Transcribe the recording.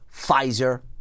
Pfizer